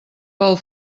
pel